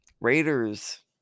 Raiders